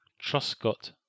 Truscott